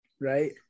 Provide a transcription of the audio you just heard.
right